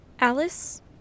Alice